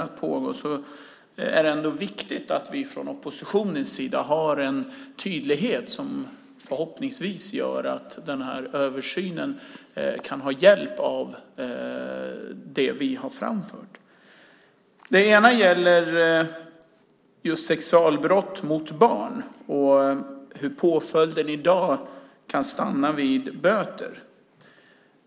Då är det viktigt att vi från oppositionen har en tydlighet som förhoppningsvis kan bidra vid översynen. Jag vill därför lyfta upp två områden i betänkandet. Det ena gäller sexualbrott mot barn och att påföljden i dag kan stanna vid böter.